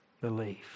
belief